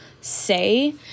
say